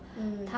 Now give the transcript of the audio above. mm